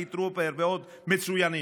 חילי טרופר ועוד מצוינים.